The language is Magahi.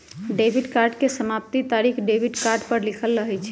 डेबिट कार्ड के समाप्ति तारिख डेबिट कार्ड पर लिखल रहइ छै